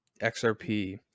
XRP